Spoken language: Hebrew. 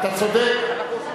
אתה צודק.